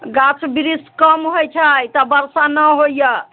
गाछ वृक्ष कम होइत छै तऽ बरसा नहि होइया